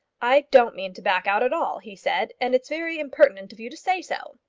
i don't mean to back out at all, he said and it's very impertinent of you to say so.